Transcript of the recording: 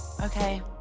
Okay